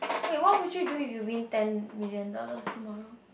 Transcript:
wait what would you do if you win ten million dollars tomorrow